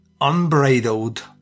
unbridled